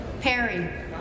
Perry